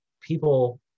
people